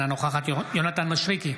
אינה נוכחת יונתן מישרקי,